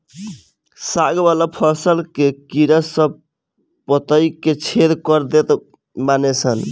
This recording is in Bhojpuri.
साग वाला फसल के कीड़ा सब पतइ के छेद कर देत बाने सन